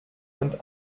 und